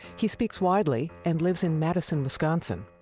he speaks widely and lives in madison, wisconsin.